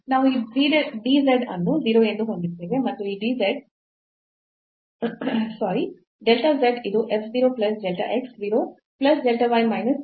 ನಾವು ಈ dz ಅನ್ನು 0 ಎಂದು ಹೊಂದಿದ್ದೇವೆ ಮತ್ತು ಈ delta z ಇದು f 0 plus delta x 0 plus delta y minus ಈ f 0 0